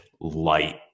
light